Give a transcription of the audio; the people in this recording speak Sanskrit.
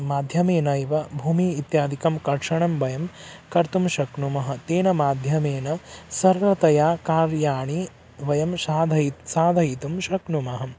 माध्यमेनैव भूमिः इत्यादिकं कर्षणं वयं कर्तुं शक्नुमः तेन माध्यमेन सरलतया कार्याणि वयं शाधयि साधयितुं शक्नुमहम्